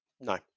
No